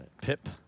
Pip